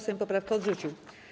Sejm poprawkę odrzucił.